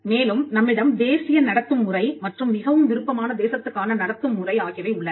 மேலும் நம்மிடம் தேசிய நடத்தும் முறை மற்றும் மிகவும் விருப்பமான தேசத்துக்கான நடத்தும் முறை ஆகியவை உள்ளன